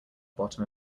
bottom